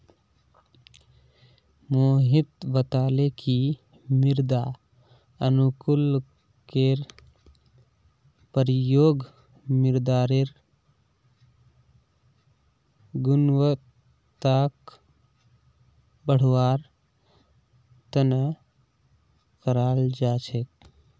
मोहित बताले कि मृदा अनुकूलककेर प्रयोग मृदारेर गुणवत्ताक बढ़वार तना कराल जा छेक